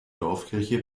dorfkirche